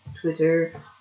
Twitter